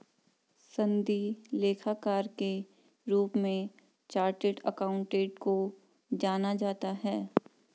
सनदी लेखाकार के रूप में चार्टेड अकाउंटेंट को जाना जाता है